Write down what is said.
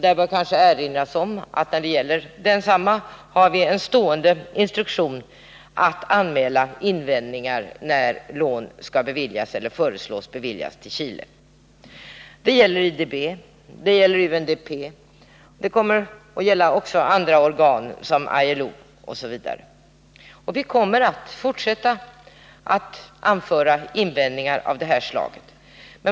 Det bör kanske erinras om att när det gäller densamma har vi en stående instruktion att anmäla invändningar när lån skall beviljas eller föreslås beviljas till Chile. Det gäller IDB, det gäller UNDP. Det kommer också att gälla andra organ, såsom ILO, och vi kommer att fortsätta att anföra invändningar av detta slag.